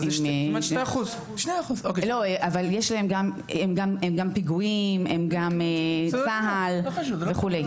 2%. הם גם פיגועים, הם גם צה"ל וכו'.